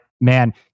man